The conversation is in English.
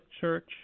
Church